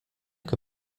que